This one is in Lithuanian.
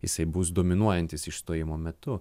jisai bus dominuojantis išstojimo metu